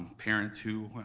parents who,